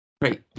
Great